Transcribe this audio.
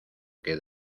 que